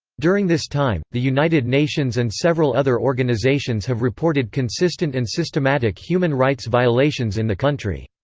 during this time, the united nations and several other organisations have reported consistent and systematic human rights violations in the country.